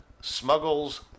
smuggles